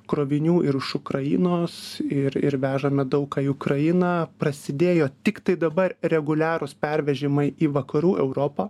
krovinių ir iš ukrainos ir ir vežame daug ką į ukrainą prasidėjo tiktai dabar reguliarūs pervežimai į vakarų europą